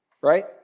right